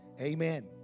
amen